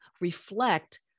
reflect